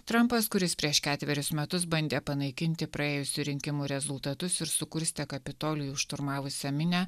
trampas kuris prieš ketverius metus bandė panaikinti praėjusių rinkimų rezultatus ir sukurstė kapitolijų šturmavusią minią